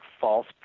false